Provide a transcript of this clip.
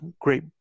great